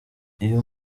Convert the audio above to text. uyu